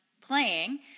playing